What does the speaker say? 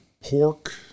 pork